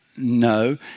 No